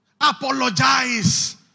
Apologize